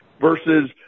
versus